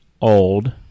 old